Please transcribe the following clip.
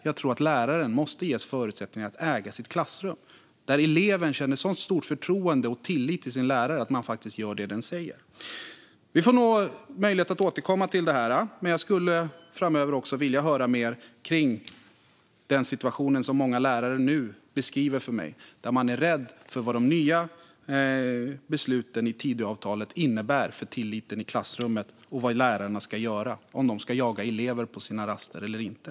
Jag tror att läraren måste ges förutsättningar att äga sitt klassrum. Eleven ska känna så stort förtroende för och tillit till sin lärare att man faktiskt gör det den säger. Vi får nog möjlighet att återkomma till detta. Men jag skulle framöver också vilja höra mer om den situation som många lärare nu beskriver för mig. De är rädda för vad de nya besluten i Tidöavtalet innebär för tilliten i klassrummet och vad lärarna ska göra. Ska de jaga elever på sina raster eller inte?